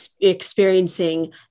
experiencing